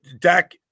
Dak